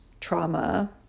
trauma